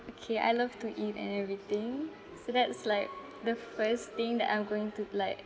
okay I love to eat and everything so that's like the first thing that I'm going to like